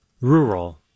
Rural